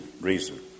reason